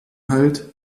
halt